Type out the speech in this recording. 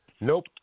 Nope